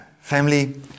Family